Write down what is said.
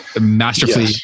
masterfully